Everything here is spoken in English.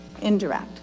indirect